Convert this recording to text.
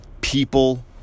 People